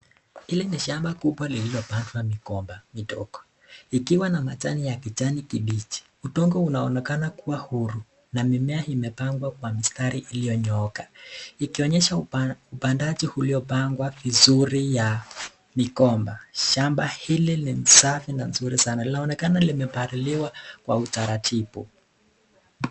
Hili ni shamba kubwa liliopandwa migomba midogo. Ikiwa na majani ya kijani kibichi, udongo unaonaekana kua huru na mimea imepangwa kwa mistari iliyonyooka. Ikionyesha upandaji uliopangwa vizuri ya migomba. Shamba hili ni safi na nzuri sanaa. Linaonekana limepaliliwa kwa utaratibu.